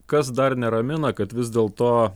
kas dar neramina kad vis dėlto